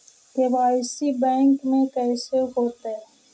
KYC bank में कैसे होतै?